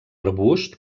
arbust